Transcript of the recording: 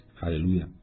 Hallelujah